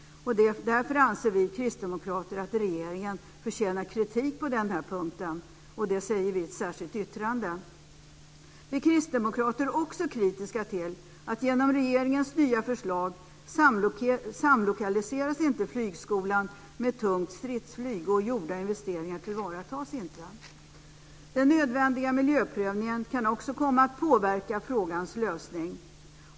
Därför anser vi kristdemokrater att regeringen förtjänar kritik på den punkten, och det säger vi i ett särskilt yttrande. Vi kristdemokrater är också kritiska till att flygskolan inte samlokaliseras med tungt stridsflyg genom regeringens nya förslag, och gjorda investeringar tillvaratas inte. Den nödvändiga miljöprövningen kan också komma att påverka frågans lösning.